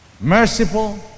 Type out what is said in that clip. merciful